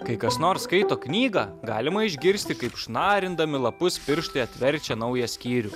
kai kas nors skaito knygą galima išgirsti kaip šnarindami lapus pirštai atverčia naują skyrių